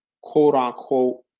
quote-unquote